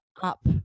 up